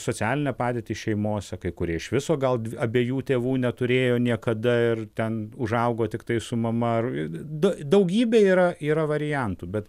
socialinę padėtį šeimose kai kurie iš viso gal abiejų tėvų neturėjo niekada ir ten užaugo tiktai su mama ir da daugybė yra yra variantų bet